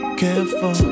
careful